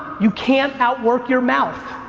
you can't out work your mouth.